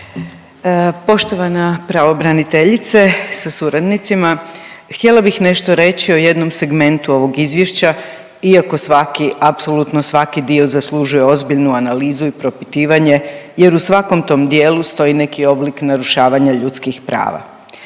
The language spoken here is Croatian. Poštovana pravobraniteljice sa suradnicima. Htjela bih nešto reći o jednom segmentu ovog izvješća iako svaki, apsolutno svaki dio zaslužuje ozbiljnu analizu i propitivanje jer u svakom tom dijelu stoji neki oblik narušavanja ljudskih prava.